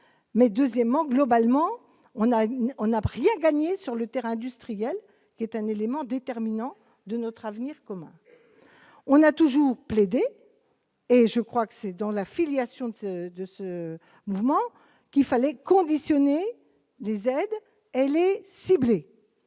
mais deuxièmement, globalement, on a, on n'apprend rien gagné sur le terrain industriel qui est un élément déterminant de notre avenir commun, on a toujours plaidé, et je crois que c'est dans la filiation de ce de ce mouvement qu'il fallait conditionner les aides, elle est ciblée